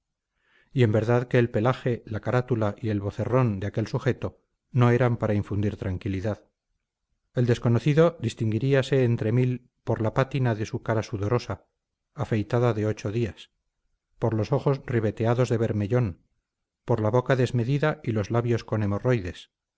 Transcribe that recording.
y en verdad que el pelaje la carátula y el vocerrón de aquel sujeto no eran para infundir tranquilidad el desconocido distinguiríase entre mil por la pátina de su cara sudosa afeitada de ocho días por los ojos ribeteados de bermellón por la boca desmedida y los labios con hemorroides